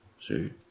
See